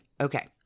Okay